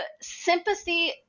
sympathy